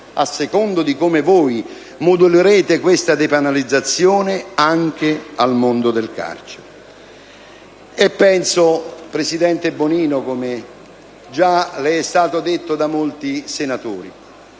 a seconda di come voi modulerete questa depenalizzazione, al mondo del carcere. E penso, presidente Bonino, come già le è stato detto da molti senatori,